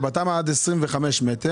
ובתמ"א עד 25 מטרים,